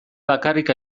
bakarrik